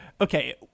okay